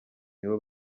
nibo